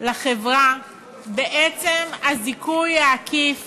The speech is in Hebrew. לחברה בעצם הזיכוי העקיף